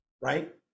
right